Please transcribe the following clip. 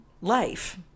life